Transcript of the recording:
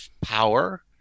power